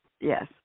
Yes